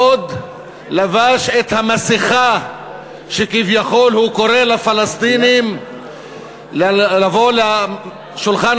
עוד לבש את המסכה שכביכול הוא קורא לפלסטינים לבוא לשולחן